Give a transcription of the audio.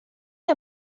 این